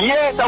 Yes